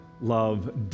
love